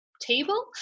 table